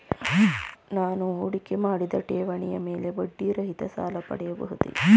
ನಾನು ಹೂಡಿಕೆ ಮಾಡಿದ ಠೇವಣಿಯ ಮೇಲೆ ಬಡ್ಡಿ ರಹಿತ ಸಾಲ ಪಡೆಯಬಹುದೇ?